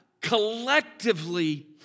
collectively